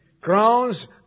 crowns